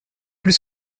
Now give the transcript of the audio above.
plus